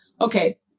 okay